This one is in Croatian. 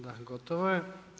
Da, gotovo je.